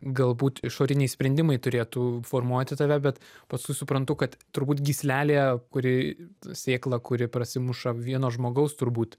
galbūt išoriniai sprendimai turėtų formuoti tave bet paskui suprantu kad turbūt gyslelė kuri sėkla kuri prasimuša vieno žmogaus turbūt